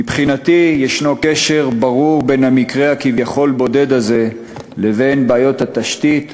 מבחינתי ישנו קשר ברור בין המקרה כביכול הבודד הזה לבין בעיות התשתית,